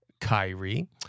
Kyrie